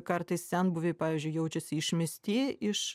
kartais senbuviai pavyzdžiui jaučiasi išmesti iš